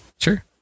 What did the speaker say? Sure